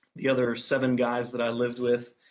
the other seven guys that i lived with,